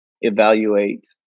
evaluate